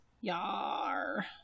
Yar